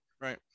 right